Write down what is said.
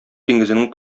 диңгезенең